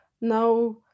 Now